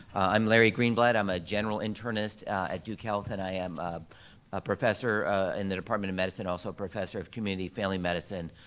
i'm larry greenblatt, i'm a general internist at duke health, and i'm ah i'm a professor in the department of medicine, also professor of community family medicine,